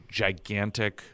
gigantic